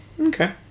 Okay